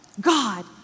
God